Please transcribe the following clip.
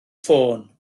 ffôn